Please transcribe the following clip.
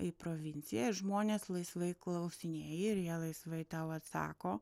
į provinciją žmonės laisvai klausinėji ir jie laisvai tau atsako